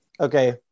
Okay